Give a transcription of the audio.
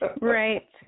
Right